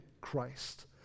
Christ